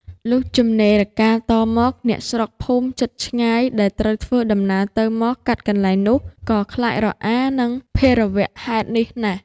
លុះចំណេរកាលតមក អ្នកស្រុក-ភូមិជិតឆ្ងាយ ដែលត្រូវធ្វើដំណើរទៅមកកាត់កន្លែងនោះ ក៏ខ្លាចរអានឹងភេរវៈហេតុនេះណាស់